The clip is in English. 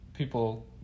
people